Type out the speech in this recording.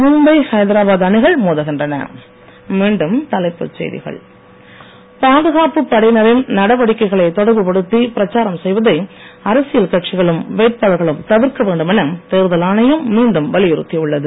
மீண்டும் தலைப்புச் செய்திகள் பாதுகாப்பு படையினரின் நடவடிக்கைகளை தொடர்பு படுத்தி பிரச்சாரம் செய்வதை அரசியல் கட்சிகளும் வேட்பாளர்களும் தவிர்க்க வேண்டும் என தேர்தல் ஆணையம் மீண்டும் வலியுறுத்தியுள்ளது